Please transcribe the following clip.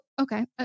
okay